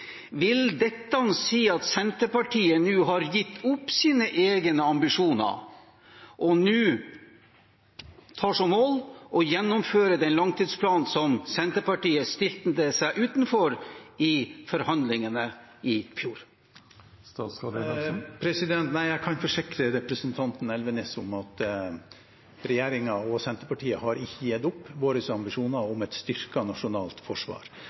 Vil dette si at Senterpartiet har gitt opp sine egne ambisjoner og har som mål å gjennomføre den langtidsplanen som Senterpartiet stilte seg utenfor i forhandlingene i fjor? Jeg kan forsikre representanten Elvenes om at regjeringen og Senterpartiet ikke har gitt opp våre ambisjoner om et styrket nasjonalt forsvar.